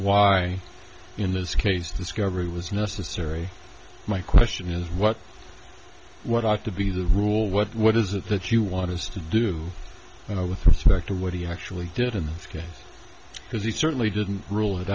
why in this case discovery was necessary my question is what what are to be the rule what what is it that you want us to do with respect to what he actually did in this case because he certainly didn't rule it